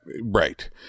right